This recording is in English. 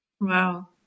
wow